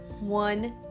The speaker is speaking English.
one